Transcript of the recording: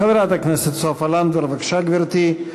חברת הכנסת סופה לנדבר, בבקשה, גברתי.